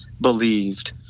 believed